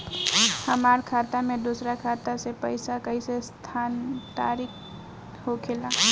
हमार खाता में दूसर खाता से पइसा कइसे स्थानांतरित होखे ला?